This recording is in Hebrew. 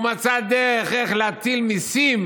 הוא מצא דרך איך להטיל מיסים